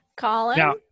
Colin